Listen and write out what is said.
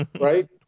right